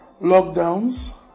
lockdowns